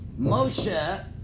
Moshe